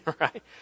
right